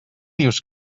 dius